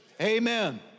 amen